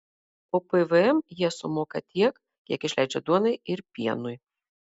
o pvm jie sumoka tiek kiek išleidžia duonai ir pienui